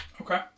Okay